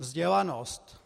Vzdělanost.